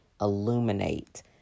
illuminate